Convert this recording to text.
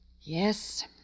Yes